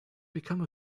become